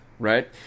Right